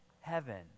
heaven